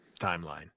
timeline